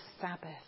Sabbath